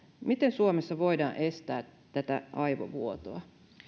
miten suomessa voidaan estää tätä aivovuotoa